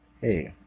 hey